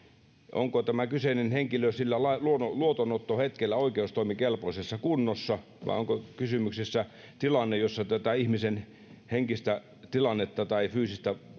onko tämä kyseinen henkilö sillä luotonottohetkellä oikeustoimikelpoisessa kunnossa vai onko kysymyksessä tilanne jossa tätä ihmisen henkistä tilannetta tai fyysistä